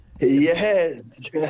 Yes